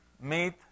meat